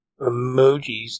emojis